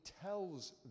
tells